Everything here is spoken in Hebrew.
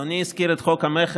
אדוני הזכיר את חוק המכר,